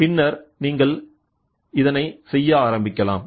பின்னர் நீங்கள் செய்ய ஆரம்பிக்கலாம்